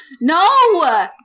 no